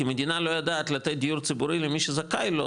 כי המדינה לא יודעת לתת דיוק ציבורי למי שזכאי לו,